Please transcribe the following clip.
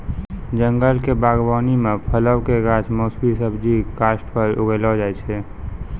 जंगल क बागबानी म फलो कॅ गाछ, मौसमी सब्जी, काष्ठफल उगैलो जाय छै